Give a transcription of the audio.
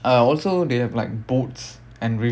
uh also they have like boats and rivers